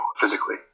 physically